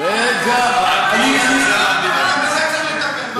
אבל גם בזה צריך לטפל.